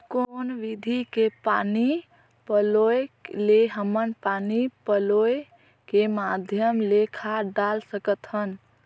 कौन विधि के पानी पलोय ले हमन पानी पलोय के माध्यम ले खाद डाल सकत हन?